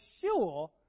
sure